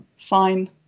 fine